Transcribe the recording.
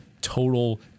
total